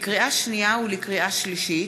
לקריאה שנייה ולקריאה שלישית: